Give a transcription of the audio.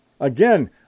Again